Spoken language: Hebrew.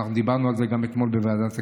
ואנחנו דיברנו על זה גם אתמול בוועדת הכספים,